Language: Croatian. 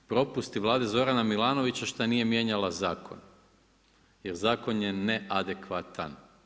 Propust je Vlade Zorana Milanovića što nije mijenjala zakon, jer zakon je neadekvatan.